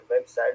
website